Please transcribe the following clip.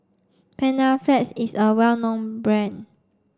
Panaflex is a well known brand